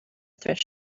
thrift